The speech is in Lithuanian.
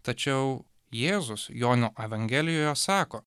tačiau jėzus jono evangelijoje sako